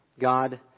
God